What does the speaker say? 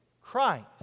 Christ